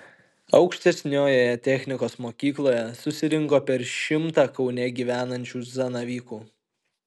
aukštesniojoje technikos mokykloje susirinko per šimtą kaune gyvenančių zanavykų